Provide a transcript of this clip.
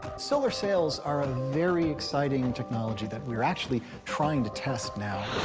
solar sails are a very exciting technology that we're actually trying to test now.